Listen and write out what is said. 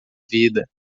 vida